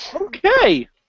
Okay